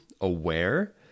aware